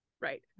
Right